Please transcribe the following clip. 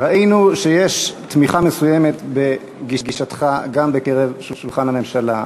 ראינו שיש תמיכה מסוימת בגישתך גם סביב שולחן הממשלה.